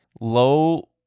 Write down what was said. low